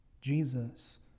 Jesus